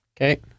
Okay